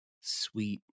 sweet